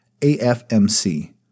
AFMC